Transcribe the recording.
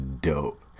dope